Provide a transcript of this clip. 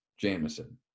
Jameson